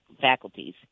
faculties